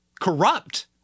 corrupt